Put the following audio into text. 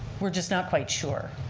we're just not quite sure.